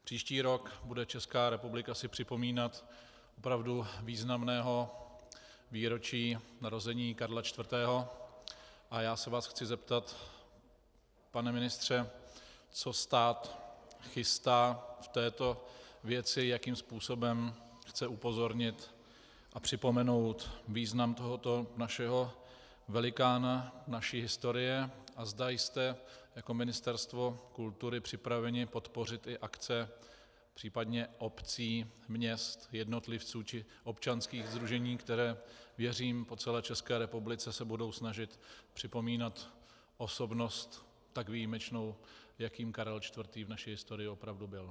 Příští rok si bude Česká republika připomínat opravdu významné výročí narození Karla IV. a já se vás chci zeptat, pane ministře, co stát chystá v této věci, jakým způsobem chce upozornit a připomenout význam tohoto našeho velikána naší historie a zda jste jako Ministerstvo kultury připraveni podpořit i akce případně i obcí, měst, jednotlivců či občanských sdružení, které, věřím, po celé České republice se budou snažit připomínat osobnost tak výjimečnou, jakou Karel IV. v naší historii opravdu byl.